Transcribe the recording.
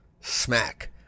Smack